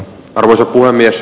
arvoisa puhemies